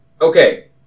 Okay